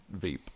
vape